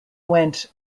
went